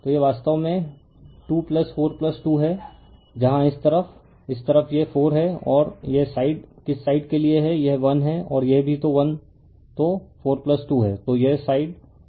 तो यह वास्तव में 242 है जहां इस तरफ इस तरफ यह 4 है और यह साइड किस साइड के लिए है यह 1 है और यह भी 1 तो 42 है तो यह साइड वास्तव में 42 है